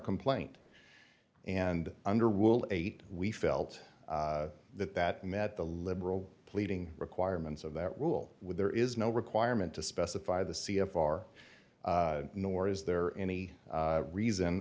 complaint and under rule eight we felt that that met the liberal pleading requirements of that rule when there is no requirement to specify the c f r nor is there any reason